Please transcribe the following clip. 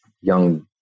young